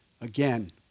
Again